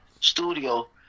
studio